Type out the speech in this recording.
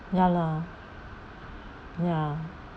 ya lah ya